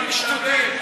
על דברים שטותיים.